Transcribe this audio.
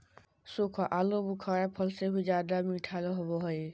सूखा आलूबुखारा फल से भी ज्यादा मीठा होबो हइ